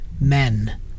men